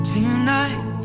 Tonight